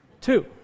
Two